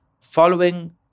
following